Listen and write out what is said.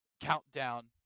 countdown